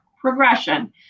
progression